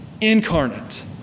incarnate